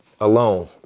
alone